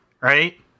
right